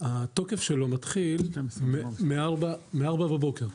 התוקף שלו מתחיל מארבע בבוקר,